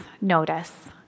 notice